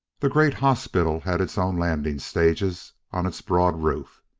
the great hospital had its own landing stages on its broad roof.